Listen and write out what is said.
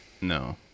No